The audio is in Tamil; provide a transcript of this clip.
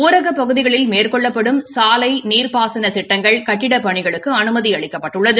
ஊரகப் பகுதிகளில் மேற்கொள்ளப்படும் சாலை நீர்பாசன திட்டங்கள் கட்டிட பணிகளுக்கு அனுமதி அளிக்கப்பட்டுள்ளது